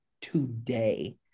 today